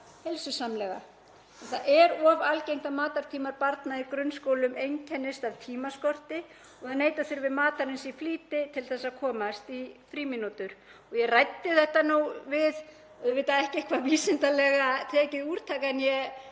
heilsusamlega. Það er of algengt að matartími barna í grunnskólum einkennist af tímaskorti og að neita þurfi matarins í flýti til að komast í frímínútur. Ég ræddi þetta, auðvitað ekki við eitthvert vísindalega tekið úrtak, en ég